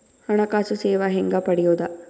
ಹಣಕಾಸು ಸೇವಾ ಹೆಂಗ ಪಡಿಯೊದ?